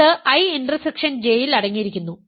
അത് I intersection J യിൽ അടങ്ങിയിരിക്കുന്നു